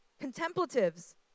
Contemplatives